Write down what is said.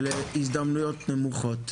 אלו הם הזדמנויות נמוכות,